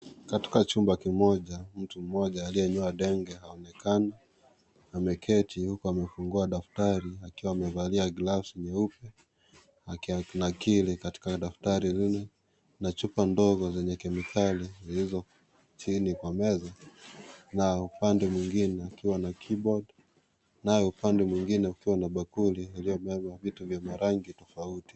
Katika chumba kimoja mtu mmoja aliyenyoa denge, aonekana ameketi huku amefungua daftari akiwa amevalia gloves nyeupe; akinakili katika daftari lile. Na chupa ndogo zenye kemikali zilizo chini kwa meza. Na upande mwingine akiwa na keyboard , naye upande mwingine ukiwa na bakuli iliyobeba vitu vya marangi tofauti.